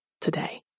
today